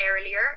earlier